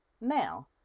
Now